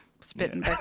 Spitting